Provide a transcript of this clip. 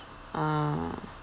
ah